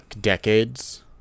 Decades